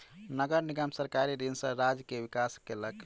नगर निगम सरकारी ऋण सॅ राज्य के विकास केलक